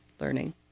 learning